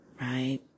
right